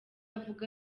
avuga